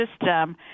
system